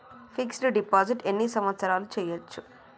Fix డ్ deposit ఎన్ని సంవత్సరాలు చేయచ్చు?